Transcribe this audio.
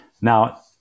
Now